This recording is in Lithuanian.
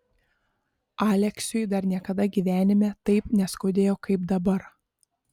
aleksiui dar niekada gyvenime taip neskaudėjo kaip dabar